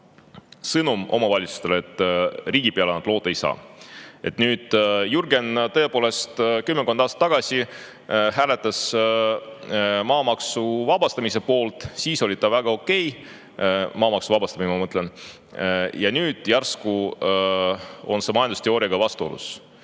sõnum omavalitsustele, et riigi peale nad loota ei saa. Jürgen tõepoolest kümmekond aastat tagasi hääletas maamaksust vabastamise poolt, siis oli see väga okei, see maamaksust vabastamine, aga nüüd järsku on see majandusteooriaga vastuolus.